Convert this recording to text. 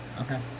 Okay